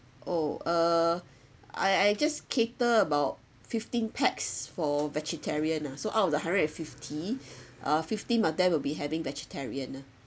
oh uh I I just cater about fifteen pax for vegetarian ah so out of the hundred and fifty uh fifteen of them will be having vegetarian ah